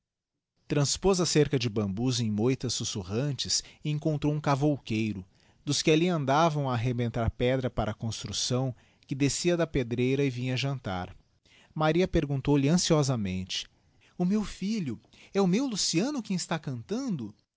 transpoz a cerca de bambus em moitas sussurrantes e encontrou ura cavouqueiro dos que alli andavam a arrebentar pedra para construcção que descia da pedreira e vinha jantar maria perguntou-lhe anciosamente o meu filho e o meu luciano quem está cantando